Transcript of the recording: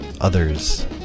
others